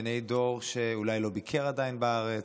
בעיני דור שאולי לא ביקר עדיין בארץ,